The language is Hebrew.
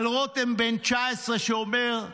על רותם בן 19, שאומר,